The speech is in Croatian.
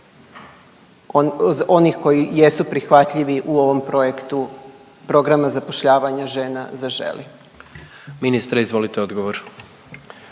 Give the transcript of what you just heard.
onih koji jesu prihvatljivi u ovom projektu programa zapošljavanja žena Zaželi? **Jandroković, Gordan